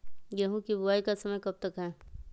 गेंहू की बुवाई का समय कब तक है?